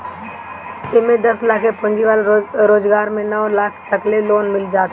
एमे दस लाख के पूंजी वाला रोजगार में नौ लाख तकले लोन मिल जात हवे